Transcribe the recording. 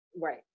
Right